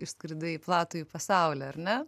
išskridai į platųjį pasaulį ar ne